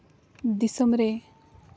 ᱫᱤᱥᱳᱢ ᱨᱮ